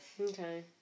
Okay